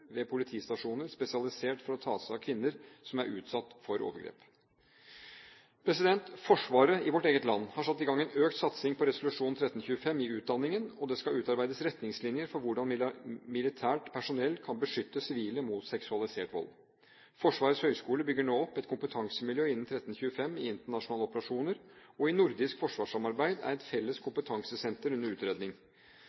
ved politistasjoner spesialisert for å ta seg av kvinner som er utsatt for overgrep. Forsvaret i vårt eget land har satt i gang en økt satsing på resolusjon 1325 i utdanningen, og det skal utarbeides retningslinjer for hvordan militært personell kan beskytte sivile mot seksualisert vold. Forsvarets høgskole bygger nå opp et kompetansemiljø innen resolusjon 1325 i internasjonale operasjoner, og i nordisk forsvarssamarbeid er et felles